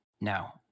Now